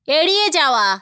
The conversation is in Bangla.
এড়িয়ে যাওয়া